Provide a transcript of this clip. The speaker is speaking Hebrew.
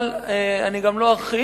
אבל אני גם לא אכחיש